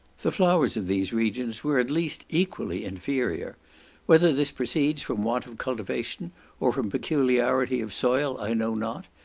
the flowers of these regions were at least equally inferior whether this proceeds from want of cultivation or from peculiarity of soil i know not,